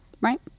right